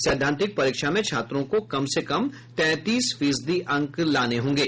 सैद्धांतिक परीक्षा में छात्रों को कम से कम तैंतीस फीसदी अंक लाने होंगे